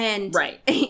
Right